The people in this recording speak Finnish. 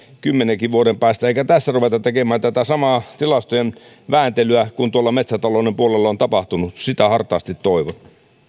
kymmenenkin vuoden päästä eikä tässä ruveta tekemään tätä samaa tilastojen vääntelyä kuin tuolla metsätalouden puolella on tapahtunut sitä hartaasti toivon